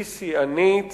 היא שיאנית